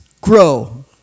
grow